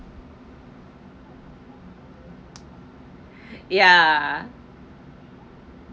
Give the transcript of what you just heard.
ya